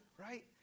right